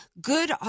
good